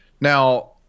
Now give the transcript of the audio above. Now